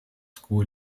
school